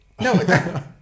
no